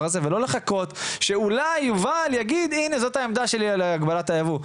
הזה ולא לחכות שאולי יובל יגיד 'הנה זאת העמדה שלי על הגבלת הייבוא'.